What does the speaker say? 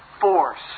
force